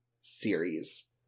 series